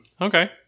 Okay